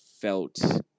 felt